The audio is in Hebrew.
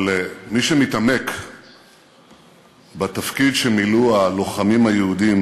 אבל מי שמתעמק בתפקיד שמילאו הלוחמים היהודים